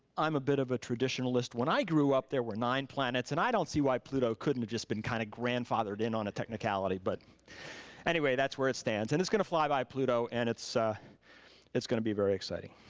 i'm a bit of a traditionalist, when i grew up there were nine planets and i don't see why pluto couldn't have just been kind of grandfathered in on a technicality, but anyway that's where it stands. and it's gonna fly by pluto and it's ah it's gonna be very exciting.